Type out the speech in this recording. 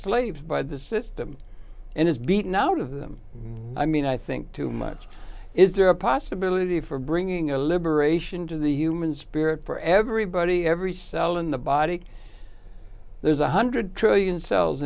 slaves by the system and it's beaten out of them i mean i think too much is there a possibility for bringing a liberation to the human spirit for everybody every cell in the body there's a one hundred trillion cells